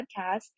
podcast